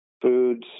foods